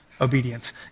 obedience